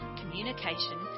communication